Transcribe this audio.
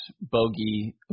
Bogey